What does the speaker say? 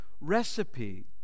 recipe